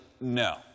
no